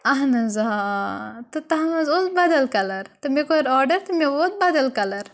اَہَن حظ آ تہٕ تَتھ منٛز اوس بَدَل کَلَر تہٕ مےٚ کوٚر آرڈَر تہٕ مےٚ ووت بَدَل کَلَر